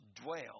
dwell